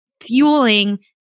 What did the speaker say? fueling